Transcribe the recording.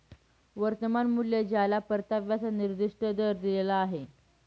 वर्तमान मूल्य ज्याला परताव्याचा निर्दिष्ट दर दिलेला आहे